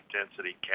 intensity